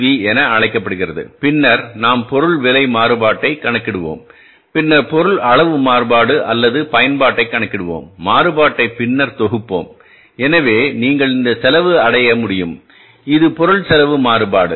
we என அழைக்கப்படுகிறது பின்னர் நாம் பொருள் விலை மாறுபாட்டைக் கணக்கிடுவோம் பின்னர் பொருள் அளவு மாறுபாடு அல்லது பயன்பாட்டை கணக்கிடுவோம் மாறுபாட்டை பின்னர் தொகுப்போம் எனவே நீங்கள் இந்த செலவை அடைய முடியும் இது பொருள் செலவு மாறுபாடு